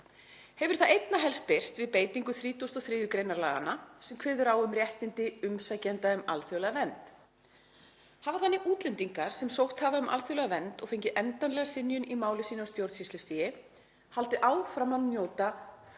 Hefur það einna helst birst við beitingu 33. gr. laganna sem kveður á um réttindi umsækjenda um alþjóðlega vernd. Hafa þannig útlendingar, sem sótt hafa um alþjóðlega vernd og fengið endanlega synjun í máli sínu á stjórnsýslustigi, haldið áfram að njóta fullrar